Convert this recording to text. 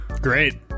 Great